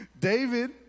David